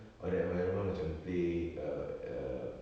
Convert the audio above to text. or the environment macam play err err